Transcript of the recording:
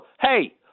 hey